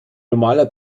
normaler